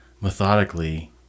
methodically